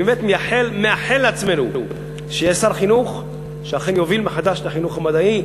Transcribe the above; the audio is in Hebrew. אני באמת מאחל לעצמנו שיהיה שר חינוך שאכן יוביל מחדש את החינוך המדעי,